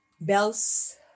bells